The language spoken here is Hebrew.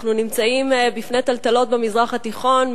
אנחנו נמצאים בפני טלטלות במזרח התיכון,